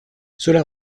cela